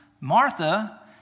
Martha